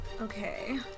Okay